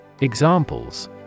Examples